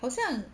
好像